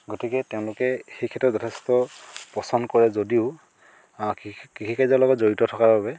গতিকে তেওঁলোকে সেই ক্ষেত্ৰত যথেষ্ট পছন্দ কৰে যদিও কৃষি কৃষিকাৰ্যৰ লগত জড়িত থকাৰ বাবে